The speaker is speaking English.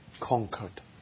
conquered